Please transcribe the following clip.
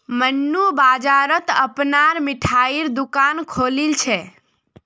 मन्नू बाजारत अपनार मिठाईर दुकान खोलील छ